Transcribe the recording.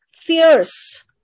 Fierce